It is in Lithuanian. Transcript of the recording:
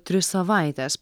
tris savaites